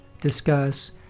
discuss